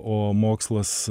o mokslas